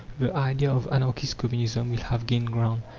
the idea of anarchist communism will have gained ground.